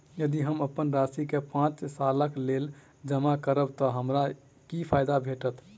यदि हम अप्पन राशि केँ पांच सालक लेल जमा करब तऽ हमरा की फायदा भेटत?